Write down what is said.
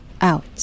out